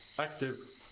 active